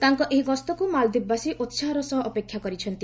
ତାଙ୍କ ଏହି ଗସ୍ତକୁ ମାଳଦ୍ୱୀପବାସୀ ଉତ୍କାହର ସହ ଅପେକ୍ଷା କରିଛନ୍ତି